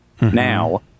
now